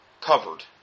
covered